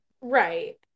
right